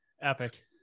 epic